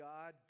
God